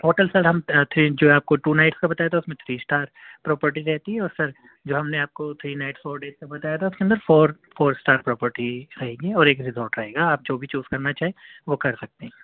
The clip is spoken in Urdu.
ہوٹل سر ہم تھری جو ہے آپ کو ٹو نائٹ کا بتایا تھا اِس میں تھری اسٹار پروپرٹی رہتی ہے اور سر جو ہم نے آپ کو تھری نائٹ فور ڈیز بتایا تھا اُس کے اندر فور فور اسٹار پروپرٹی رہے گی اور ایک ریزوٹ رہے گا آپ جو بھی چوز کرنا چاہیں وہ کر سکتے ہیں